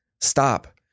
Stop